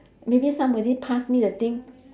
maybe somebody pass me the thing